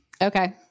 Okay